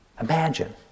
Imagine